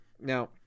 Now